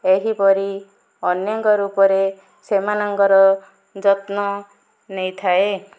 ଏହିପରି ଅନେକ ରୂପରେ ସେମାନଙ୍କର ଯତ୍ନ ନେଇଥାଏ